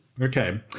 Okay